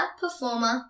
performer